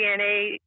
DNA